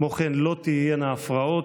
כמו כן, לא תהיינה הפרעות.